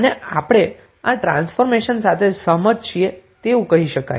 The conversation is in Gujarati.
અને આપણે આ ટ્રાન્સફોર્મેશન સાથે સહમત છીએ એવું કહી શકાય